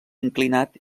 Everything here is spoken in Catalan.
inclinat